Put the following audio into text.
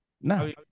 No